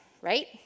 right